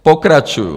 Pokračuji.